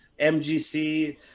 MGC